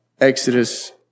Exodus